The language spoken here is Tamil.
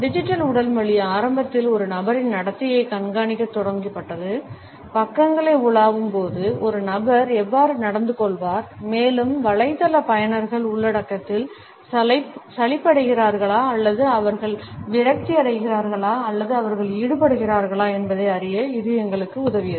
டிஜிட்டல் உடல் மொழி ஆரம்பத்தில் ஒரு நபரின் நடத்தையை கண்காணிக்கத் தொடங்கப்பட்டது பக்கங்களை உலாவும்போது ஒரு நபர் எவ்வாறு நடந்துகொள்வார் மேலும் வலைத்தள பயனர்கள் உள்ளடக்கத்தில் சலிப்படைகிறார்களா அல்லது அவர்கள் விரக்தியடைகிறார்களா அல்லது அவர்கள் ஈடுபடுகிறார்களா என்பதை அறிய இது எங்களுக்கு உதவியது